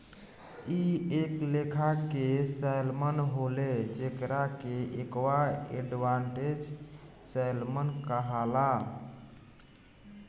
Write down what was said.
इ एक लेखा के सैल्मन होले जेकरा के एक्वा एडवांटेज सैल्मन कहाला